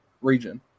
region